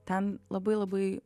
ten labai labai